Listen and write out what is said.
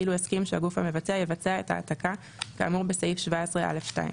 כאילו הסכים שהגוף המבצע יבצע את ההעתקה כאמור בסעיף 17(א)(2).